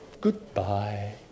goodbye